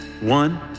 One